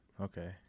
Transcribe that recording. Okay